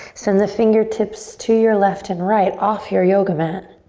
send the fingertips to your left and right off your yoga mat.